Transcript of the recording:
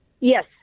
Yes